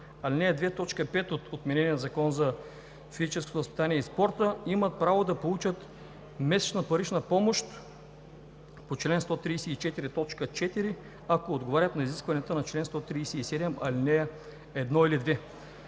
ал. 2, т. 5 от отменения Закон за физическото възпитание и спорта, имат право да получат месечна парична помощ по чл. 134, т. 4, ако отговарят на изискванията на чл. 137, ал. 1 или 2.